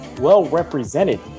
well-represented